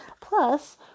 Plus